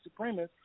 supremacists